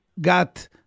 got